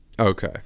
okay